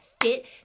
fit